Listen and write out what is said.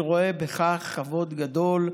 אני רואה בכך כבוד גדול.